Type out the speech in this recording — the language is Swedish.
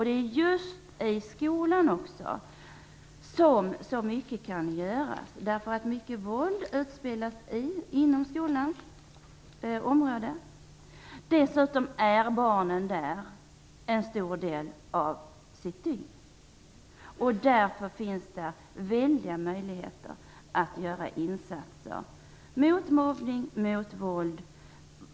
Det är just i skolan mycket kan göras. Mycket våld utspelas inom skolans område. Dessutom tillbringar barnen en stor del av sitt dygn i skolan. Därför finns det stora möjligheter att där göra insatser mot mobbning och våld.